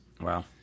Wow